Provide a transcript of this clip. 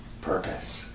purpose